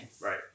right